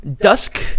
Dusk